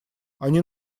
они